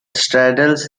straddles